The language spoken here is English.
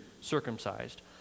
circumcised